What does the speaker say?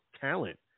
talent